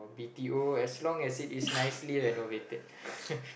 b_t_o as long as it is nicely renovated